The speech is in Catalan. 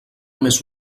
més